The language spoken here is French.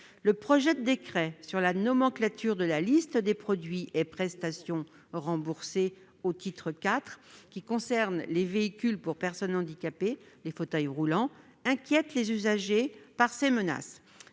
le projet de décret sur la nomenclature de la liste des produits et prestations remboursées au titre IV, qui concerne les véhicules pour personnes handicapées, c'est-à-dire les fauteuils roulants, inquiète les usagers. Deux menaces